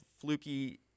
fluky